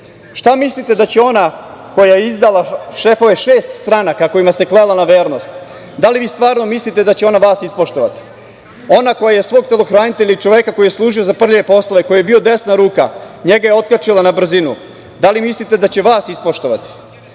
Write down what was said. šta mislite da će ona koja je izdala šefove šest stranaka, kojima se klela na vernost, da li vi stvarno mislite da će ona vas ispoštovati, ona koja je svog telohranitelja i čoveka koji je služio za prljave poslove, koji joj je bio desna ruka, njega je otkačila na brzinu? Da li mislite da će vas ispoštovati? Da